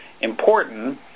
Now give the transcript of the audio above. important